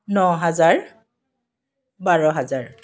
ন হাজাৰ বাৰ হাজাৰ